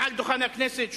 מעל דוכן הכנסת,